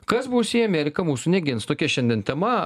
kas bus jei amerika mūsų negins tokia šiandien tema